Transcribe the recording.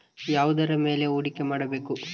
ಯಾವುದರ ಮೇಲೆ ಹೂಡಿಕೆ ಮಾಡಬೇಕು?